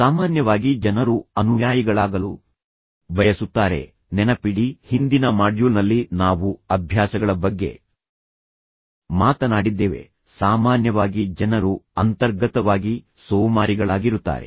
ಸಾಮಾನ್ಯವಾಗಿ ಜನರು ಅನುಯಾಯಿಗಳಾಗಲು ಬಯಸುತ್ತಾರೆ ನೆನಪಿಡಿ ಹಿಂದಿನ ಮಾಡ್ಯೂಲ್ನಲ್ಲಿ ನಾವು ಅಭ್ಯಾಸಗಳ ಬಗ್ಗೆ ಮಾತನಾಡಿದ್ದೇವೆ ಸಾಮಾನ್ಯವಾಗಿ ಜನರು ಅಂತರ್ಗತವಾಗಿ ಸೋಮಾರಿಗಳಾಗಿರುತ್ತಾರೆ